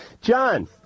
John